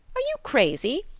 are you crazy?